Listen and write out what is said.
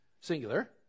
singular